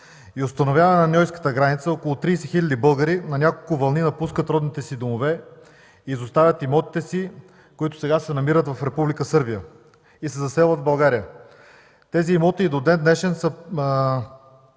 и установяване на немската граница около 30 хиляди българи на няколко вълни напускат родните си домове, изоставят имотите си, които сега се намират в Република Сърбия, и се заселват в България. Тези имоти и до ден-днешен са